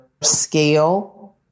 scale